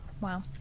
Wow